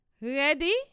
Ready